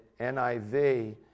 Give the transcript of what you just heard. NIV